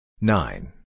Nine